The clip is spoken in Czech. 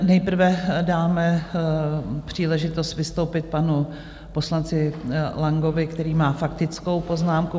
Nejprve dáme příležitost vystoupit panu poslanci Langovi, který má faktickou poznámku.